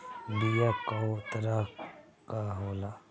बीया कव तरह क होला?